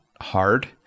hard